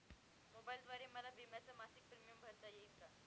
मोबाईलद्वारे मला विम्याचा मासिक प्रीमियम भरता येईल का?